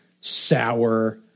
sour